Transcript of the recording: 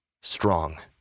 strong